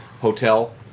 hotel